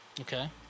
Okay